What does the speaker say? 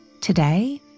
Today